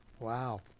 Wow